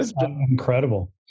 incredible